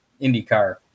IndyCar